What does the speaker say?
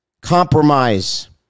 Compromise